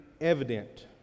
evident